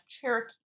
Cherokee